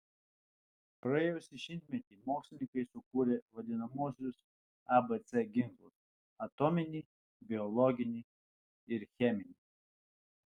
praėjusį šimtmetį mokslininkai sukūrė vadinamuosius abc ginklus atominį biologinį ir cheminį